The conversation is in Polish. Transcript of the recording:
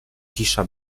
cisza